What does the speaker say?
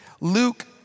Luke